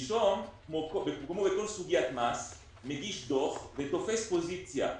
נישום, כמו בכל סוגית מס, מגיש דוח ותופס פוזיציה.